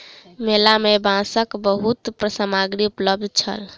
मेला में बांसक बहुत सामग्री उपलब्ध छल